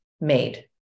made